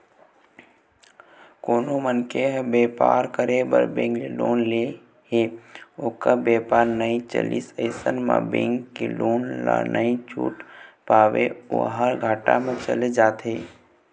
कोनो मनखे ह बेपार करे बर बेंक ले लोन ले हे ओखर बेपार नइ चलिस अइसन म बेंक के लोन ल नइ छूट पावय ओहा घाटा म चले जाथे